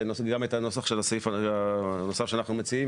כולל הנוסח של הסעיף הנוסף שאנחנו מציעים.